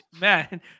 man